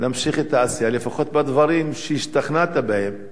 נמשיך את העשייה לפחות בדברים שהשתכנעת בהם: